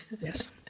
Yes